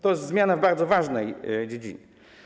To jest zmiana w bardzo ważnej dziedzinie.